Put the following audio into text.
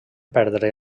perdre